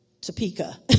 Topeka